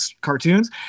cartoons